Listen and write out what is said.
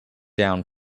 down